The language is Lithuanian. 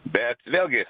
bet vėlgi